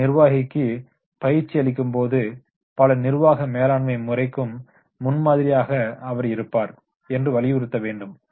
ஒரு நிர்வாகிக்கு பயிற்சி அளிக்கும் போது பல நிர்வாக மேலாண்மை முறைக்கு முன்மாதிரியாக அவர் இருப்பார் என்று வலியுறுத்த வேண்டும்